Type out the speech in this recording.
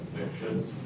convictions